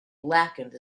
blackened